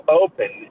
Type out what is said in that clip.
open